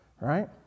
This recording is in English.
right